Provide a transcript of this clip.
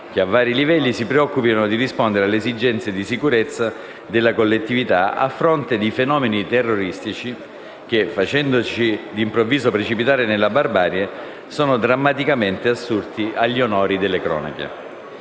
che, a vari livelli, si preoccupi di rispondere alle esigenze di sicurezza della collettività, a fronte di fenomeni terroristici che, facendoci d'improvviso precipitare nella barbarie, sono drammaticamente assurti agli onori delle cronache.